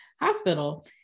Hospital